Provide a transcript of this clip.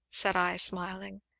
said i, smiling.